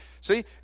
See